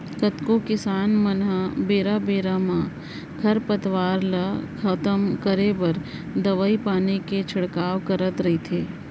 कतको किसान मन ह बेरा बेरा म खरपतवार ल खतम करे बर दवई पानी के छिड़काव करत रइथे